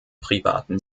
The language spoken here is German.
privaten